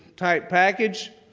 type package,